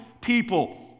people